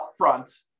upfront